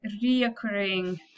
reoccurring